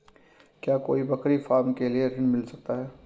क्या कोई बकरी फार्म के लिए ऋण मिल सकता है?